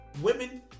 women